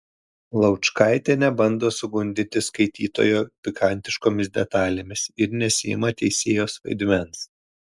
laučkaitė nebando sugundyti skaitytojo pikantiškomis detalėmis ir nesiima teisėjos vaidmens